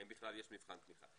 האם בכלל יש מבחן תמיכה.